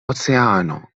oceano